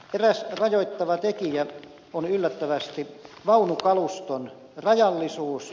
eräs rajoittava tekijä on yllättävästi vaunukaluston rajallisuus